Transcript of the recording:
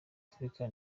africa